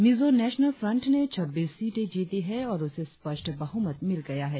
Mizo National Front ने छब्बीस सीटें जीती हैं और उसे स्पष्ट बहुमत मिल गया हैं